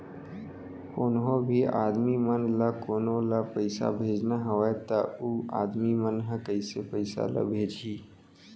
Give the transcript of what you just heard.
कोन्हों भी आदमी मन ला कोनो ला पइसा भेजना हवय त उ मन ह कइसे पइसा ला भेजही?